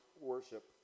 worship